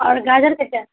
اور گاجر کیسے ہے